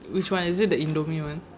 which one is it the indomie one